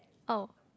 oh